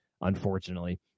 Unfortunately